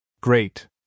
Great